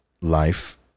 life